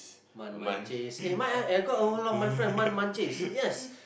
eh might ah I got a lot of my friend yes